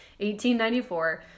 1894